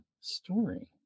story